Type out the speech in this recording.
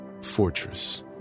fortress